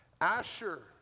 Asher